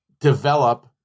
develop